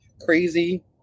crazy